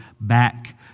back